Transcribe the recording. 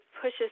pushes